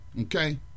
Okay